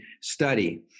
study